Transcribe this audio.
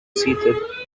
seated